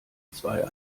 zwei